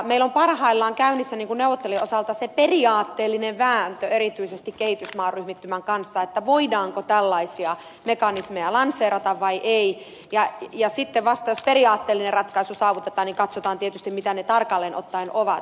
meillä on parhaillaan käynnissä neuvottelijoiden osalta se periaatteellinen vääntö erityisesti kehitysmaaryhmittymän kanssa voidaanko tällaisia mekanismeja lanseerata vai ei ja sitten vasta jos periaatteellinen ratkaisu saavutetaan katsotaan tietysti mitä ne tarkalleen ottaen ovat